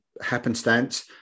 happenstance